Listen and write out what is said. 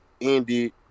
ended